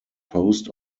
post